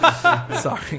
Sorry